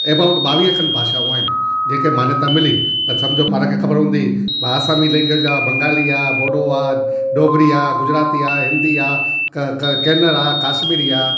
about ॿावीह खनि भाषाऊं आहिनि जंहिंखे मान्यता मिली त सम्झो पाण खे ख़बरु हूंदी भाई असांजी लैंग्वेज आहे बंगाली आहे बोड़ो आहे ढोगरी आहे गुजराती आहे हिंदी आहे क क कनड़ आहे कश्मीरी आहे